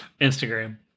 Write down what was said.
Instagram